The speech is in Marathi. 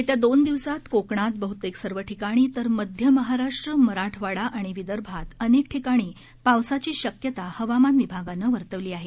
येत्या दोन दिवसांत कोकणात बहुतेक सर्व ठिकाणी तर मध्य महाराष्ट्र मराठवाडा आणि विदर्भात अनेक ठिकाणी पावसाची शक्यता हवामान विभागानं वर्तवली आहे